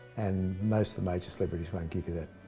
and most of the major celebrities won't give you that.